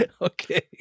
Okay